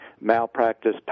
malpractice